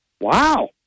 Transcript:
wow